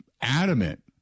adamant